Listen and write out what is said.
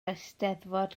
eisteddfod